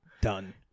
Done